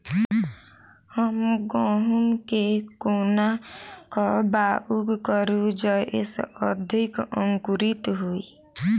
हम गहूम केँ कोना कऽ बाउग करू जयस अधिक अंकुरित होइ?